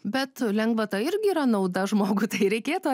bet lengvata irgi yra nauda žmogui tai reikėtų